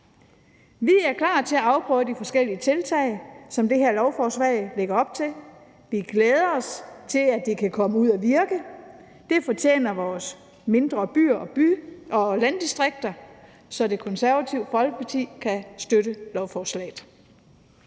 Vi er klar til at afprøve de forskellige tiltag, som det her lovforslag lægger op til. Vi glæder os til, at det kan komme ud at virke. Det fortjener vores mindre byer og landdistrikter. Så Det Konservative Folkeparti kan støtte lovforslaget.